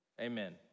Amen